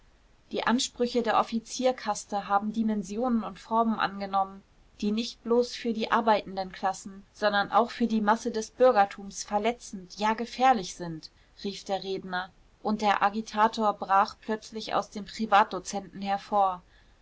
die ansprüche der offizierkaste haben dimensionen und formen angenommen die nicht bloß für die arbeitenden klassen sondern auch für die masse des bürgertums verletzend ja gefährlich sind rief der redner und der agitator brach plötzlich aus dem privatdozenten hervor